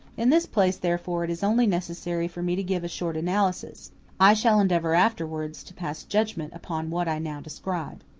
in this place, therefore, it is only necessary for me to give a short analysis i shall endeavor afterwards to pass judgment upon what i now describe.